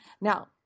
Now